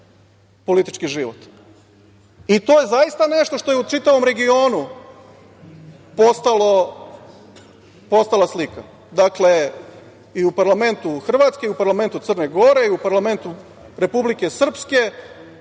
je zaista nešto što je u čitavom regionu postala slika, dakle, i u parlamentu u Hrvatskoj, parlamentu Crne gore, parlamentu Republike Srpske,